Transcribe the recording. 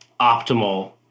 optimal